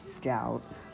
doubt